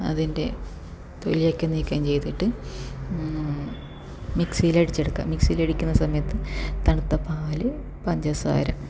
അതിൻ്റെ തൊലിയൊക്കെ നീക്കം ചെയ്തിട്ട് മിക്സിയിൽ അടിച്ചെടുക്കുക മിക്സിയിൽ അടിക്കുന്ന സമയത്ത് തണുത്ത പാൽ പഞ്ചസാര